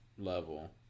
Level